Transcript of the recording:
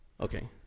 Okay